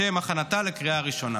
לשם הכנתה לקריאה הראשונה.